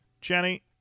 Jenny